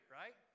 right